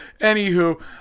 Anywho